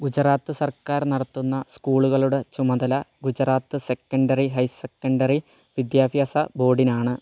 ഗുജറാത്ത് സർക്കാർ നടത്തുന്ന സ്കൂളുകളുടെ ചുമതല ഗുജറാത്ത് സെക്കൻഡറി ഹയർ സെക്കൻഡറി വിദ്യാഭ്യാസ ബോർഡിനാണ്